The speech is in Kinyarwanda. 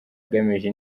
agamije